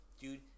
dude